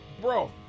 Bro